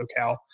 SoCal